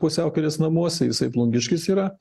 pusiaukelės namuose jisai plungiškis yra